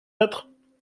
mètres